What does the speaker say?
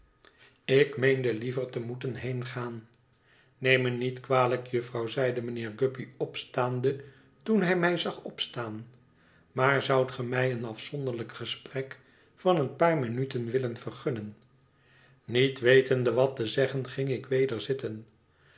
ik meende liever te moeien heengaan neem mij niet kwalijk jufvrouw zeide mijnheer guppy opstaande toen hij mij zag opstaan maar zoudt ge mij een afzonderlijk gesprek van een paar minuten willen vergunnen niet wetende wat te zeggen ging ik weder zitten